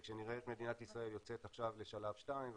וכשנראה את מדינת ישראל יוצאת עכשיו לשלב 2,